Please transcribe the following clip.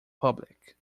public